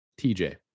TJ